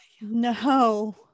No